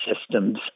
systems